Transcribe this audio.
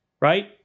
right